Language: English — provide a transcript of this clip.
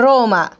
Roma